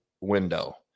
window